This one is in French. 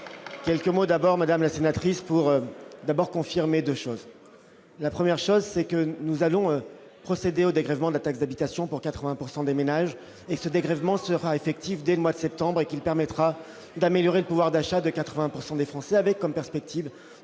quelques mots d'abord, Madame la sénatrice pour d'abord confirmer 2 choses : la première chose, c'est que nous allons procéder au dégrèvement de la taxe d'habitation pour 80 pourcent des ménages et ce dégrèvement sera effective dès le mois de septembre et qu'il permettra d'améliorer le pouvoir d'achat de 80 pourcent des Français avec comme perspective